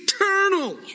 eternal